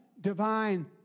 divine